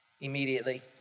Immediately